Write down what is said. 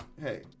hey